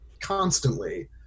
constantly